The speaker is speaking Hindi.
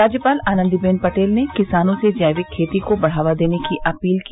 राज्यपाल आनन्दीबेन पटेल ने किसानों से जैविक खेती को बढावा देने की अपील की